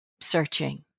searching